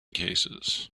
cases